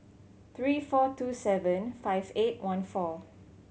three four two seven five eight one four